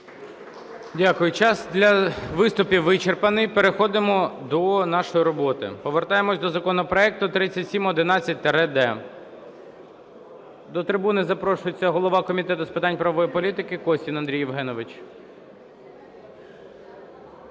Дякую. Час для виступів вичерпаний, переходимо до нашої роботи. Повертаємося до законопроекту 3711-д. До трибуни запрошується голова Комітету з питань правової політики Костін Андрій Євгенович.